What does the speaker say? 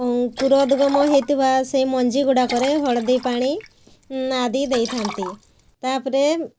ଅଙ୍କୁରୋଦଗମ୍ ହେଇଥିବା ସେଇ ମଞ୍ଜି ଗୁଡ଼ାକରେ ହଳଦୀ ପାଣି ଆଦି ଦେଇଥାନ୍ତି ତାପରେ